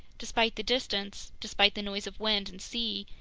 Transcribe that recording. despite the distance, despite the noise of wind and sea,